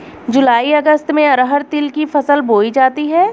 जूलाई अगस्त में अरहर तिल की फसल बोई जाती हैं